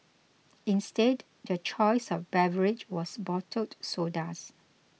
instead their choice of beverage was bottled sodas